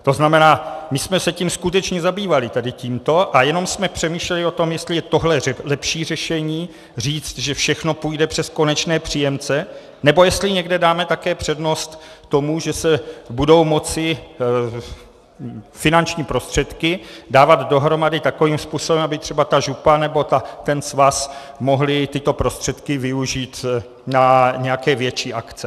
To znamená, že my jsme se tímto skutečně zabývali a jenom jsme přemýšleli o tom, jestli je tohle lepší řešení, říct, že všechno půjde přes konečné příjemce, nebo jestli někde dáme také přednost tomu, že se budou moci finanční prostředky dávat dohromady takovým způsobem, aby třeba ta župa nebo ten svaz mohly tyto prostředky využít na nějaké větší akce.